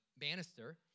Bannister